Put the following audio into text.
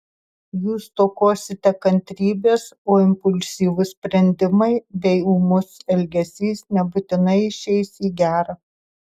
jūs stokosite kantrybės o impulsyvūs sprendimai bei ūmus elgesys nebūtinai išeis į gera